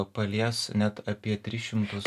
palies net apie tris šimtus